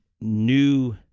new